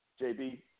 JB